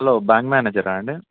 hello bank మ్యానేజరా అండి